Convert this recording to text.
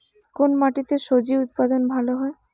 কোন মাটিতে স্বজি উৎপাদন ভালো হয়?